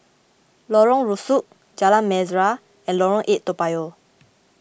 Lorong Rusuk Jalan Mesra and Lorong eight Toa Payoh